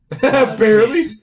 Barely